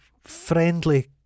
friendly